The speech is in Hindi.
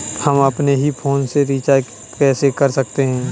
हम अपने ही फोन से रिचार्ज कैसे कर सकते हैं?